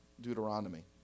Deuteronomy